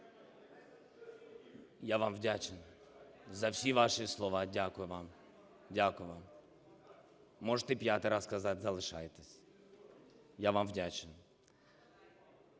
Я вам вдячний за всі ваші слова. Дякую вам. Дякую вам. Можете п'ятий раз сказати "залишайтесь". Я вам вдячний.